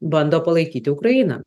bando palaikyti ukrainą